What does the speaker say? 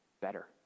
better